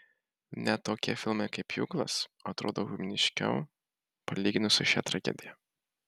net tokie filmai kaip pjūklas atrodo humaniškiau palyginus su šia tragedija